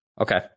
Okay